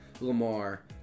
Lamar